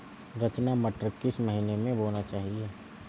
रचना मटर किस महीना में बोना चाहिए?